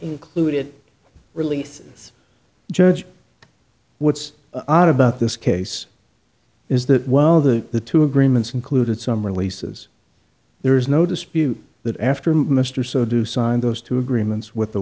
included releases judge what's odd about this case is that while the the two agreements included some releases there is no dispute that after mr so do sign those two agreements with the